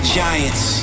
giants